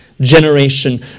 generation